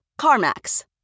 CarMax